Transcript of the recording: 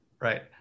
Right